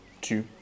two